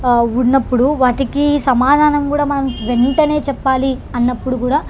ఉనప్పుడు వాటికి సమాధానం కూడా మనం వెంటనే చెప్పాలి అన్నప్పుడు కూడా